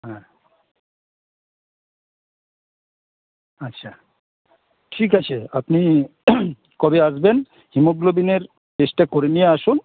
হ্যাঁ আচ্ছা ঠিক আছে আপনি কবে আসবেন হিমোগ্লোবিনের টেস্টটা করে নিয়ে আসুন